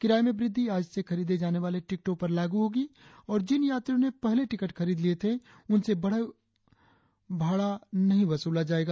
किराये में वृद्धि आज से खरीदे जाने वाले टिकटों पर लागू होगी और जिन यात्रियों ने पहले टिकट खरीद लिए थे उनसे बढ़ा हुआ भाड़ा नहीं वसूला जाएगा